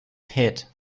hit